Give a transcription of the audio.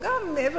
וגם מעבר